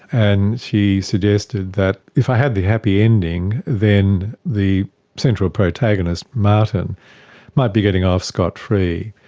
and she suggested that if i had the happy ending, then the central protagonist martin might be getting off scot-free.